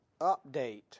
update